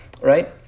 Right